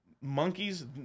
monkeys